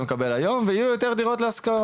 מקבל היום וככה יהיו יותר יחידות דיור להשכרה.